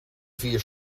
vier